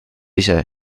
ise